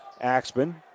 Axman